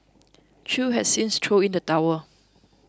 chew has since chew in the towel